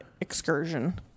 excursion